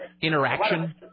interaction